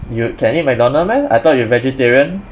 you can eat mcdonald meh I thought you vegetarian